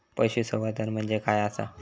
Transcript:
पशुसंवर्धन म्हणजे काय आसा?